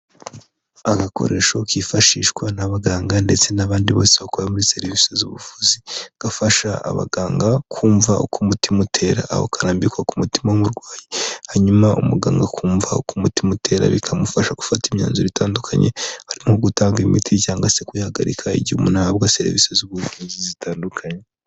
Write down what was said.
Agakoresho kifashishwa n'abaganga ndetse n'abandi bose bakora muri serivisi z'ubuvuzi, gafasha abaganga kumva uko umutima utera aho kambikwa k'umutima w'uburwayi, hanyuma umuganga akumva ku mutima utera bikamufasha gufata imyanzuro itandukanye, hari nko gutanga imiti cyangwa se kuyihagarika igihe umuntu ahabwa serivisi z'ubuvuzi zitandukanye.